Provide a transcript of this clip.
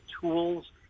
tools